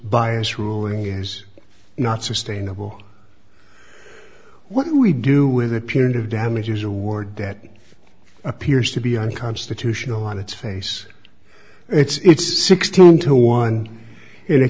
bias ruling is not sustainable what do we do with a punitive damages award that appears to be unconstitutional want to face it's sixteen to one in a